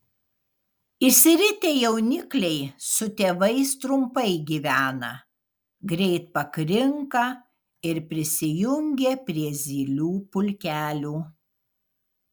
išsiritę jaunikliai su tėvais trumpai gyvena greit pakrinka ir prisijungia prie zylių pulkelių